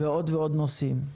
ועוד ועוד נושאים.